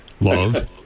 love